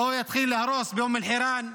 או יתחיל להרוס באום אל-חיראן,